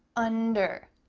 under,